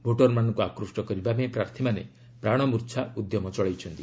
ଭୋଟର୍ମାନଙ୍କୁ ଆକୃଷ୍ଟ କରିବାପାଇଁ ପ୍ରାର୍ଥୀମାନେ ପ୍ରାଣମୂର୍ଚ୍ଛା ଉଦ୍ୟମ ଚଳାଇଛନ୍ତି